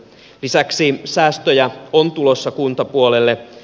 lisäksi säästöjä on tulossa kuntapuolelle